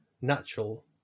natural